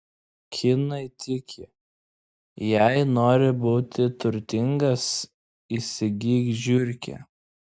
kinai tiki jei nori būti turtingas įsigyk žiurkę